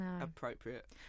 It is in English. appropriate